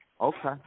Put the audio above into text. Okay